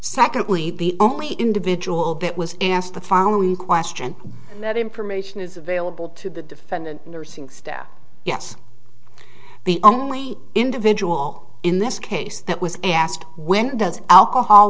secondly the only individual that was asked the following question and that information is available to the defendant nursing staff yes the only individual in this case that was asked when does alcohol